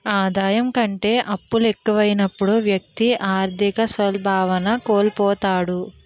ఆదాయం కంటే అప్పులు ఎక్కువైనప్పుడు వ్యక్తి ఆర్థిక స్వావలంబన కోల్పోతాడు